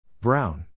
Brown